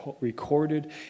recorded